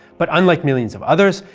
but unlike millions of others,